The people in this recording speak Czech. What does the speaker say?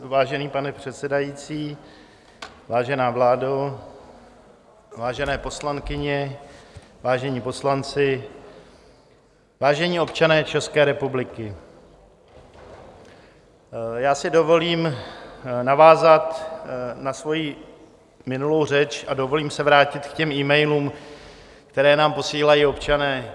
Vážený pane předsedající, vážená vládo, vážené poslankyně, vážení poslanci, vážení občané České republiky, já si dovolím navázat na svoji minulou řeč a dovolím si vrátit se k těm emailům, které nám posílají občané.